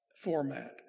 format